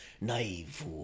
Naive